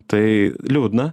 tai liūdna